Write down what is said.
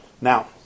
Now